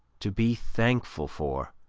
to be thankful for,